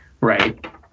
Right